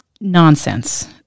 nonsense